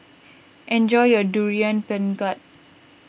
enjoy your Durian Pengat